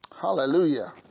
Hallelujah